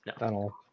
No